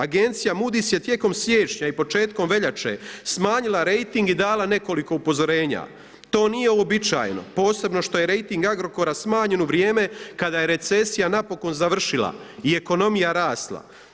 Agencija MOODY'S je tijekom siječnja i početkom veljače smanjila rejting i dala nekoliko upozorenja, to nije uobičajeno posebno što je rejting Agrokora smanjen u vrijeme kada je recesija napokon završila i ekonomija rasla.